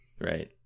Right